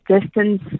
distance